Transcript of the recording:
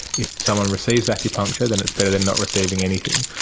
if someone receives acupuncture then it's better than not receiving anything.